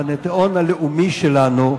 זה עוד נדבך בפנתיאון הלאומי שלנו,